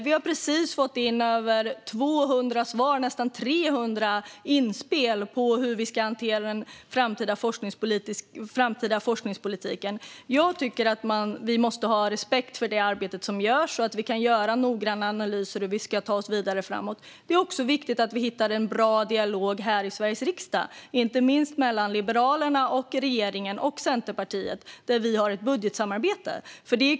Vi har precis fått in över 200 svar - nästan 300 inspel - om hur vi ska hantera den framtida forskningspolitiken. Jag tycker att vi måste ha respekt för det arbete som görs så att vi kan göra noggranna analyser om hur vi ska ta oss vidare framåt. Det är också viktigt att hitta en bra dialog här i Sveriges riksdag. Det gäller inte minst mellan Liberalerna, regeringen och Centerpartiet, som ju har ett budgetsamarbete.